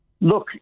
Look